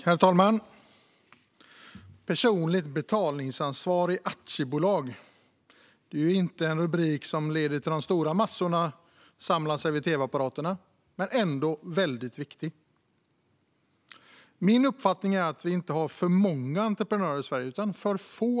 Herr talman! Personligt betalningsansvar i aktiebolag är inte en rubrik som leder till att de stora massorna samlar sig vid tv-apparaterna. Ändå är detta ärende väldigt viktigt. Min uppfattning är att vi inte har för många entreprenörer i Sverige, utan för få.